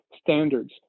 standards